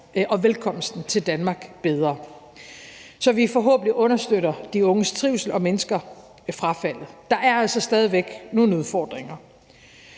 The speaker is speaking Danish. og velkomsten til Danmark bedre, så vi forhåbentlig understøtter de unges trivsel og mindsker frafaldet. Der er altså stadig væk nogle udfordringer,